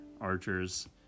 archers